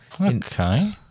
Okay